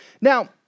Now